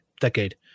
decade